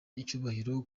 icyubahiro